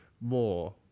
more